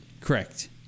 Correct